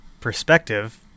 perspective